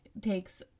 takes